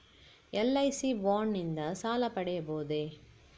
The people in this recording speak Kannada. ಎಲ್.ಐ.ಸಿ ಬಾಂಡ್ ನಿಂದ ಸಾಲ ಪಡೆಯಬಹುದೇ?